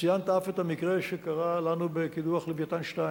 ציינת אף את המקרה שקרה לנו בקידוח "לווייתן 2",